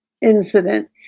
incident